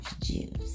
juice